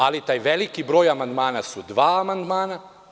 Ali, taj veliki broj amandmana su dva amandmana.